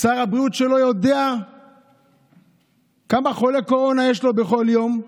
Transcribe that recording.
שר בריאות שלא יודע כמה חולי קורונה יש לו בכל יום,